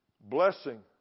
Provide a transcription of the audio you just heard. blessing